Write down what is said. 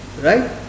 Right